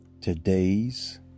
Today's